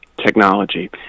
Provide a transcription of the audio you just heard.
technology